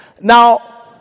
Now